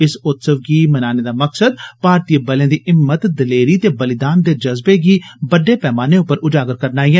इस उत्सव गी मनाने दा मकसद भारतीय बलें दी हिम्मत दलेरी ते बलिदान दे जज्बे गी बड्डे पैमाने पर उजागर करना ऐ